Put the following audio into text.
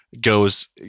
goes